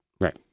Right